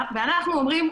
אנחנו אומרים,